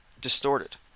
distorted